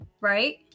right